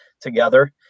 together